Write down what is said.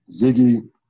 Ziggy